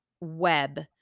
web